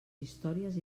històries